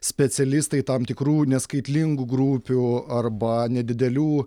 specialistai tam tikrų neskaitlingų grupių arba nedidelių